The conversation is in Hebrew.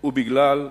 ובגלל אופיין.